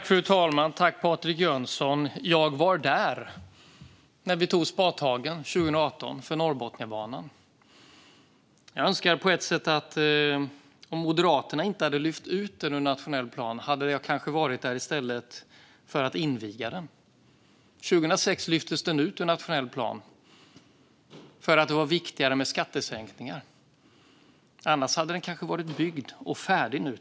Fru talman! Tack, Patrik Jönsson! Jag var där när vi 2018 tog spadtagen för Norrbotniabanan. Om Moderaterna inte hade lyft ut banan ur den nationella planen hade jag kanske i stället varit där för att inviga den. År 2006 lyftes den ut ur planen för att skattesänkningar var viktigare. Annars hade den kanske varit byggd och färdig nu.